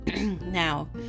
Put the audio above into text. Now